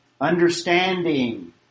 understanding